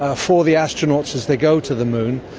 ah for the astronauts as they go to the moon.